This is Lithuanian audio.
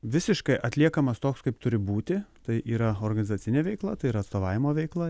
visiškai atliekamas toks kaip turi būti tai yra organizacinė veikla tai yra atstovavimo veikla